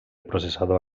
processador